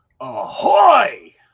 ahoy